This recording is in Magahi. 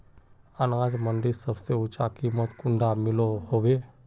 अनाज मंडीत सबसे ऊँचा कीमत कुंडा मिलोहो होबे?